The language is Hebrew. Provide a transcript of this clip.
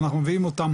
אנחנו מביאים אותם